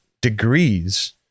degrees